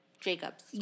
Jacob's